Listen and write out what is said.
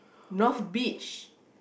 north beach